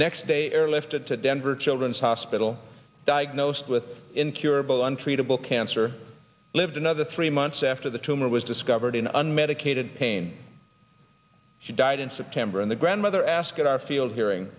next day airlifted to denver children's hospital diagnosed with incurable untreatable cancer lived another three months after the tumor was discovered in unmedicated pain she died in september and the grandmother asked our field hearing